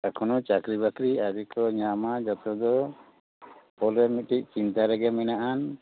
ᱮᱠᱷᱚᱱᱚ ᱪᱟᱹᱠᱨᱤ ᱵᱟᱹᱠᱨᱤ ᱟᱹᱣᱨᱤ ᱠᱚ ᱧᱟᱢᱟ ᱡᱚᱛᱚ ᱫᱚ ᱯᱷᱚᱞᱮ ᱢᱤᱫᱴᱤᱱ ᱪᱤᱱᱛᱟᱹ ᱨᱮᱜᱮ ᱢᱮᱱᱟᱜ ᱟᱱ